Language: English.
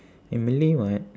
eh malay [what]